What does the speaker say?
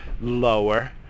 lower